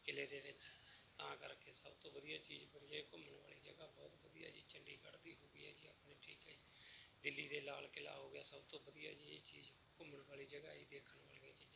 ਕਿਲ੍ਹੇ ਦੇ ਵਿੱਚ ਤਾਂ ਕਰਕੇ ਸਭ ਤੋਂ ਵਧੀਆ ਚੀਜ਼ ਜੇ ਘੁੰਮਣ ਵਾਲੀ ਜਗ੍ਹਾ ਬਹੁਤ ਵਧੀਆ ਜੀ ਚੰਡੀਗੜ ਦੀ ਹੋਗੀ ਹੈ ਜੀ ਠੀਕ ਹੈ ਦਿੱਲੀ ਦੇ ਲਾਲ ਕਿਲ੍ਹਾ ਹੋ ਗਿਆ ਸਭ ਤੋਂ ਵਧੀਆ ਜੀ ਇਹ ਚੀਜ਼ ਘੁੰਮਣ ਵਾਲੀ ਜਗ੍ਹਾ ਜੀ ਦੇਖਣ ਵਾਲੀਆਂ ਚੀਜ਼ਾ